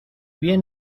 bien